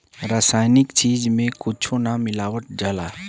रासायनिक चीज में कुच्छो ना मिलावल जाला